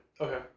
okay